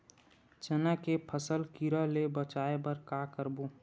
चना के फसल कीरा ले बचाय बर का करबो?